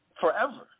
forever